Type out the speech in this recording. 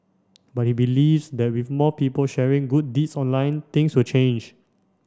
but he believes that with more people sharing good deeds online things will change